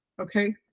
Okay